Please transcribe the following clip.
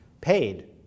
paid